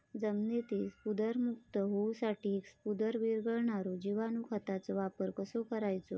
जमिनीतील स्फुदरमुक्त होऊसाठीक स्फुदर वीरघळनारो जिवाणू खताचो वापर कसो करायचो?